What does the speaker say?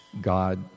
God